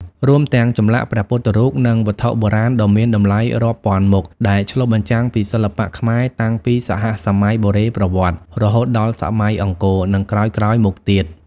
រួមទាំងចម្លាក់ព្រះពុទ្ធរូប និងវត្ថុបុរាណដ៏មានតម្លៃរាប់ពាន់មុខដែលឆ្លុះបញ្ចាំងពីសិល្បៈខ្មែរតាំងពីសហសម័យបុរេប្រវត្តិសាស្ត្ររហូតដល់សម័យអង្គរ និងក្រោយៗមកទៀត។